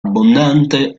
abbondante